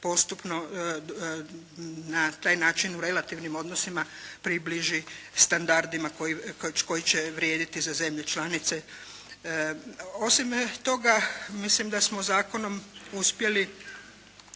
postupno na taj način u relativnim odnosima približi standardima koji će vrijediti za zemlje članice. Osim toga, mislim da smo zakonom uspjeli